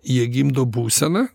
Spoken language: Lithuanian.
jie gimdo būseną